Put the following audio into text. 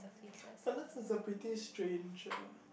but this is a pretty strange uh